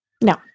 No